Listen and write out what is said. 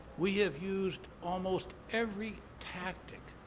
we have used almost every tactic,